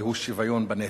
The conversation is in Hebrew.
והוא שוויון בנטל.